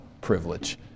privilege